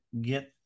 get